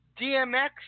dmx